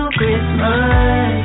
Christmas